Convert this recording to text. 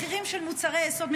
מחירים של מוצרי יסוד,